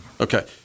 Okay